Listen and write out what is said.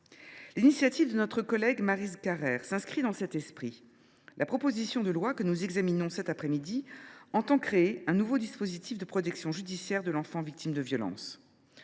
L’initiative de notre collègue Maryse Carrère s’inscrit dans cet esprit. La proposition de loi que nous examinons cet après midi entend créer un nouveau dispositif de protection judiciaire de l’enfant victime de violences.